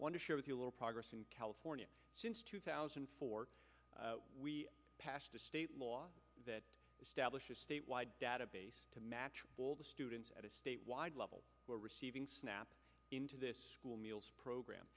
want to share with you a little progress in california since two thousand and four we passed a state law that stablish a statewide database to match all the students at a statewide level who are receiving snap into this school meals program